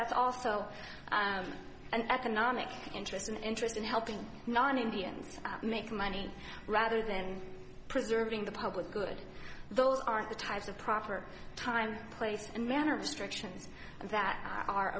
that's also an economic interest an interest in helping non indians making money rather than preserving the public good those are the types of proper time place and manner destructions and that are